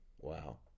wow